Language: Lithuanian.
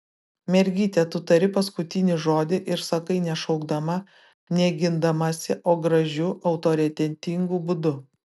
mergyte tu tari paskutinį žodį ir sakai ne šaukdama ne gindamasi o gražiu autoritetingu būdu